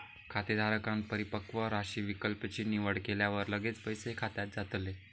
खातेधारकांन परिपक्व राशी विकल्प ची निवड केल्यावर लगेच पैसे खात्यात जातले